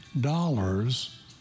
dollars